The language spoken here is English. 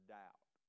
doubt